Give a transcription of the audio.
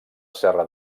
serra